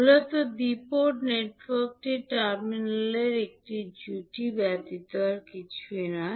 মূলত দ্বি পোর্ট নেটওয়ার্কটি টার্মিনালের একটি জুটি ব্যতীত কিছুই নয়